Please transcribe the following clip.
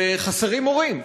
שחסרים מורים.